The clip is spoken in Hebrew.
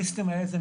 האנרכיסטים האלה,